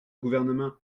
gouvernement